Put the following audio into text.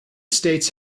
states